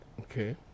Okay